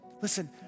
Listen